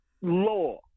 law